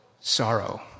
sorrow